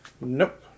Nope